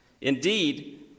Indeed